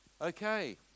Okay